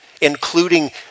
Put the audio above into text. including